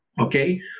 Okay